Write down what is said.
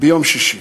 ביום שישי.